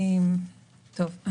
טוב,